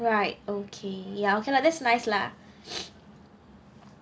right okay ya okay lah that's nice lah